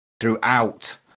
throughout